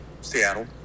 Seattle